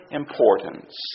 importance